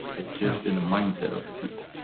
it's just in the mindset of the people.